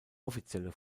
offizielle